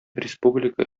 республика